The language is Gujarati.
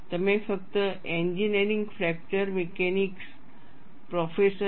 તમે ફક્ત એન્જીનિયરિંગ ફ્રેક્ચર મિકેનિક્સ પ્રોફેસર કે